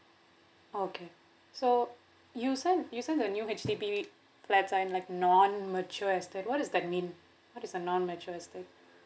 okay so you said you said the new H_D_B like non mature estate what does that mean what is a non mature estate